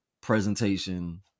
presentation